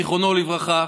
זיכרונו לברכה,